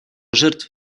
жертв